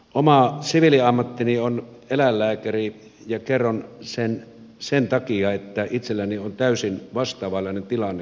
oma siviiliammattini on eläinlääkäri ja kerron sen sen takia että itselläni on täysin vastaavanlainen tilanne kuin taksiyrittäjillä